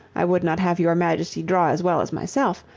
i would not have your majesty draw as well as myself.